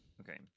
Okay